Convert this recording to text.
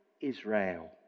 Israel